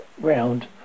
round